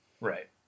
Right